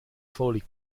foley